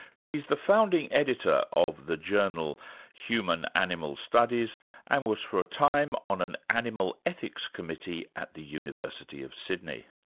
she's the founding editor of the journal human animal studies and was for a time on an animal ethics committee at the university of sydney.